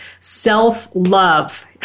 self-love